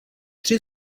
tři